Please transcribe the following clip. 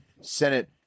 Senate